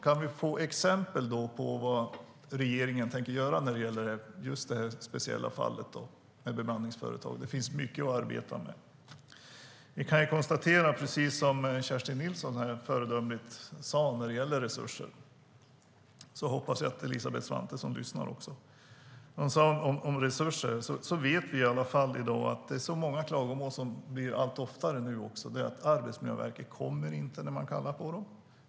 Kan vi få exempel på vad regeringen tänker göra när det gäller just detta speciella fall med bemanningsföretag? Det finns mycket att arbeta med. Vi kan konstatera, precis som Kerstin Nilsson föredömligt sade, när det gäller resurser - jag hoppas att Elisabeth Svantesson lyssnar - att många klagomål nu allt oftare gäller att Arbetsmiljöverket inte kommer när man kallar på dem.